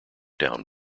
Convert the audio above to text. down